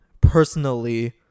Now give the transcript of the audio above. personally